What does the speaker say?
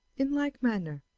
in like manner,